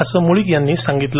असं मुळीक यांनी सांगितलं